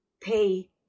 pay